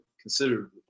considerably